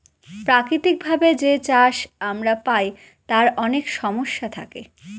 প্রাকৃতিক ভাবে যে চাষ আমরা পায় তার অনেক সমস্যা থাকে